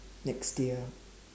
next year